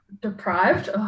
deprived